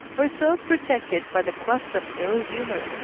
or so protected by the crust of ill-humor,